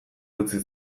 utzi